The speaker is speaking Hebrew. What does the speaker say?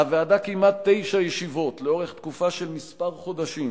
הוועדה קיימה תשע ישיבות לאורך תקופה של כמה חודשים,